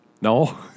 No